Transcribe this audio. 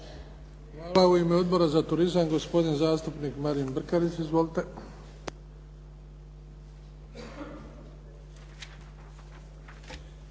Hvala. U ime Odbora za turizam gospodin zastupnik Marin Brkarić. Izvolite.